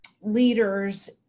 leaders